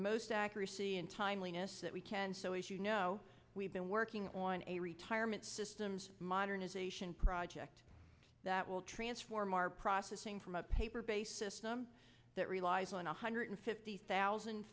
most accuracy and timeliness that we can so as you know we've been working on a retirement systems modernization project that will transform our processing from a paper based system that relies on one hundred fifty thousand